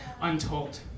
untold